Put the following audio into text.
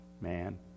man